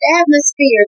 atmosphere